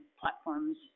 platforms